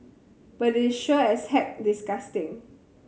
but it is sure as heck disgusting